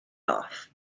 off